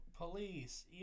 Police